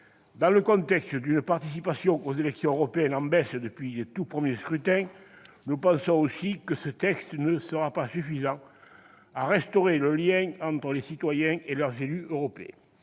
dans le contexte d'une participation aux élections européennes en baisse depuis les tout premiers scrutins, nous pensons aussi que ce texte ne sera pas suffisant pour restaurer le lien entre les citoyens et leurs élus européens.